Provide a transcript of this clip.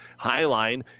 Highline